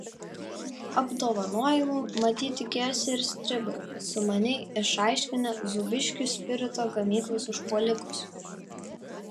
apdovanojimų matyt tikėjosi ir stribai sumaniai išaiškinę zūbiškių spirito gamyklos užpuolikus